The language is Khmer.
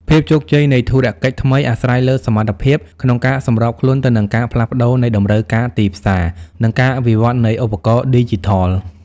ភាពជោគជ័យនៃធុរកិច្ចថ្មីអាស្រ័យលើសមត្ថភាពក្នុងការសម្របខ្លួនទៅនឹងការផ្លាស់ប្តូរនៃតម្រូវការទីផ្សារ និងការវិវត្តនៃឧបករណ៍ឌីជីថល។